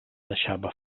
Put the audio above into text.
deixava